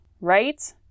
right